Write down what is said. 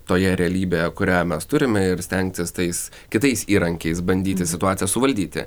toje realybėje kurią mes turime ir stengtis tais kitais įrankiais bandyti situaciją suvaldyti